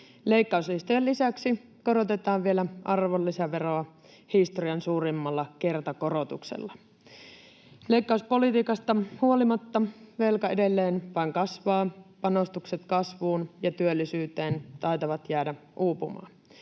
Leikkauslistojen lisäksi korotetaan vielä arvonlisäveroa historian suurimmalla kertakorotuksella. Leikkauspolitiikasta huolimatta velka edelleen vain kasvaa. Panostukset kasvuun ja työllisyyteen taitavat jäädä uupumaan.